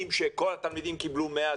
אם, נניח, כל התלמידים קיבלו 100?